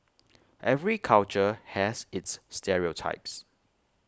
every culture has its stereotypes